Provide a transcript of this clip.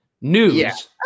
News